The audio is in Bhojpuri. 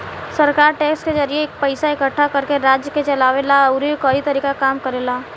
सरकार टैक्स के जरिए पइसा इकट्ठा करके राज्य के चलावे ला अउरी कई तरीका के काम करेला